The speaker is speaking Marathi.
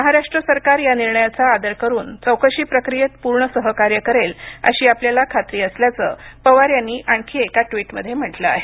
महाराष्ट्र सरकार या निर्णयाचा आदर करून चौकशी प्रक्रियेत पूर्ण सहकार्य करेल अशी आपल्याला खात्री असल्याचं पवार यांनी आणखी एका ट्वीट मध्ये म्हटलं आहे